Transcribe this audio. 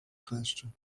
kleszcze